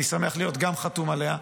אני שמח להיות גם חתום עליה,